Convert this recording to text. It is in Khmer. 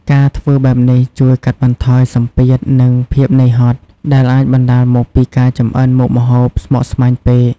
ការធ្វើបែបនេះជួយកាត់បន្ថយសម្ពាធ និងភាពនឿយហត់ ដែលអាចបណ្ដាលមកពីការចម្អិនមុខម្ហូបស្មុគស្មាញពេក ។